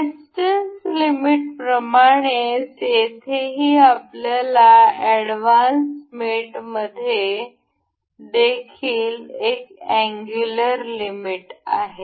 distance लिमिटप्रमाणेच येथेही आपल्याकडे एडव्हान्स मेटमध्ये देखील एक अँगुलर लिमिट आहे